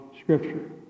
scripture